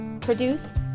produced